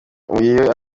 iyo